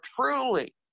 truly